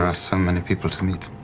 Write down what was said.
ah so many people to meet.